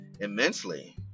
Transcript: immensely